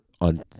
on